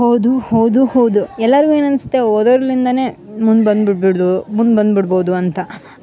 ಹೋದು ಹೋದು ಹೋದು ಎಲ್ಲಾರಿಗು ಏನನ್ಸತ್ತೆ ಓದೋರ್ಲಿಂದಾನೆ ಮುಂದ ಬಂದ್ಬಿಡ್ಬುದು ಮುಂದ ಬಂದ್ಬಿಡ್ಬೋದು ಅಂತ